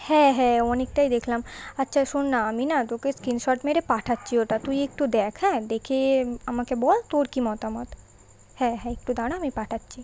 হ্যাঁ হ্যাঁ অনেকটাই দেখলাম আচ্ছা শোন না আমি না তোকে স্ক্রিনশট মেরে পাঠাচ্ছি ওটা তুই একটু দেখ হ্যাঁ দেখে আমাকে বল তোর কী মতামত হ্যাঁ হ্যাঁ একটু দাঁড়া আমি পাঠাচ্ছি